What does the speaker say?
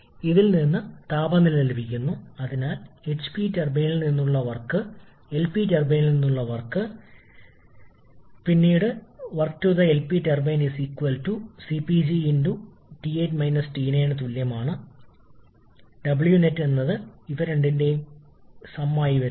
മുകളിലുള്ള ബന്ധങ്ങൾ പ്രയോഗിക്കുമ്പോൾ നെറ്റ് കംപ്രസ്സർ വർക്ക് ആവശ്യകത ഇപ്പോൾ പുറത്തുവരുന്നു നമ്മളുടെ വിശകലനം ലളിതമാക്കുന്നതിന് n ഉം n ഉം പരസ്പരം തുല്യമാണെന്ന് നമ്മൾ അനുമാനിക്കുന്ന മറ്റൊരു അനുമാനം നമ്മൾ ഇടുന്നു